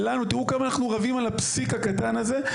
ותראו כמה אנחנו רבים על הפסיק הקטן הזה,